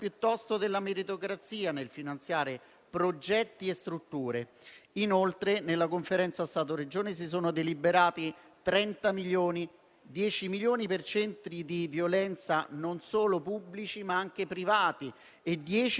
10 milioni per centri antiviolenza, non solo pubblici ma anche privati, e 10 per case rifugio, non solo pubbliche ma anche private. I fondi, senza programmazione necessaria, sono del 2019 e la Commissione